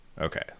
okay